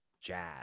jazz